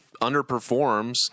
underperforms